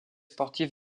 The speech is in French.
sportif